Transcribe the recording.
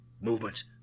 Movement